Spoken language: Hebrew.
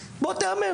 בוא תאמן,